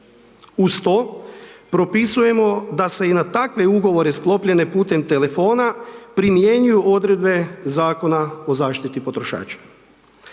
Uz to propisujemo da se i na takve ugovore sklopljene putem telefona primjenjuju odredbe Zakona o zaštiti potrošača.